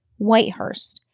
Whitehurst